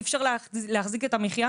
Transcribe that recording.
אי אפשר להחזיק את המחייה,